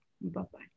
Bye-bye